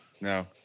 No